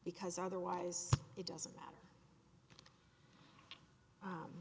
because otherwise it doesn't matter